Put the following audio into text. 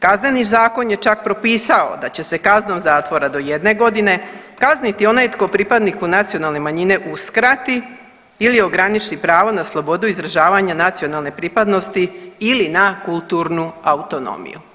Kazneni zakon je čak propisao da će se kaznom zatvora do jedne godine kazniti onaj tko pripadniku nacionalne manjine uskrati ili ograniči pravo na slobodu izražavanja nacionalne pripadnosti ili na kulturnu autonomiju.